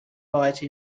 byte